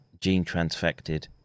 gene-transfected